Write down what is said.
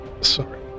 sorry